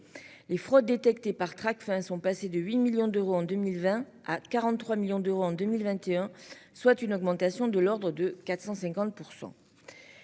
les fraudes détectés par Tracfin sont passés de 8 millions d'euros en 2020 à 43 millions d'euros en 2021 soit une augmentation de l'ordre de 450%.